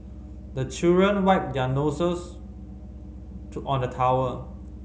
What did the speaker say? the children wipe their noses on the towel